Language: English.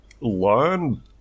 learn